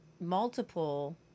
Multiple